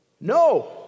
No